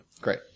great